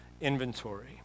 inventory